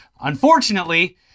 Unfortunately